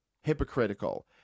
hypocritical